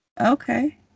Okay